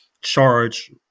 charge